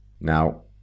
Now